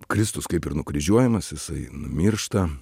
kristus kaip ir nukryžiuojamas jisai numiršta